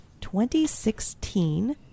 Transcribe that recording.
2016